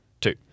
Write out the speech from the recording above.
Two